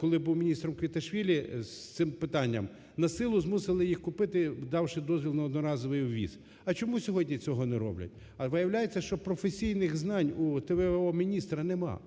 коли був міністром Квіташвілі з цим питанням, насилу змусили їх купити, давши дозвіл на одноразовий ввіз. А чому сьогодні цього не роблять? А, виявляється, що професійних знань у в.о. міністра нема,